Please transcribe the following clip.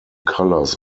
colors